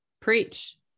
Preach